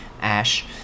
ASH